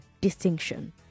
distinction